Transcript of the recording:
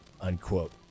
unquote